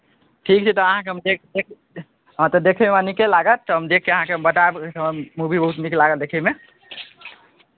ठीक छै तऽ अहाँकेँ हम देख देख हँ तऽ देखयमे हमरा नीके लागत तऽ हम देखि कऽ अहाँकेँ बतायब मूवी बहुत नीक लागत देखयमे